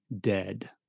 dead